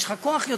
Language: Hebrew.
יש לך יותר כוח,